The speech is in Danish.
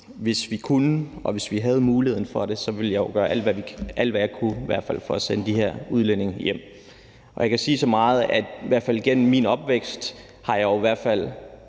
hvis vi kunne, og hvis vi havde muligheden for det, ville jeg jo gøre alt, hvad jeg kunne, for at sende de her udlændinge hjem. Jeg kan sige så meget, at igennem min opvækst er jeg til